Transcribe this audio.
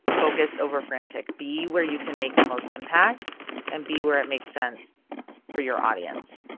focus over frantic. be where you can make the most impact and be where it makes sense for your audience.